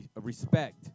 respect